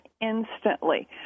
instantly